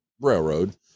railroad